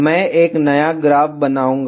मैं एक नया ग्राफ बनाऊंगा